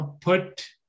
put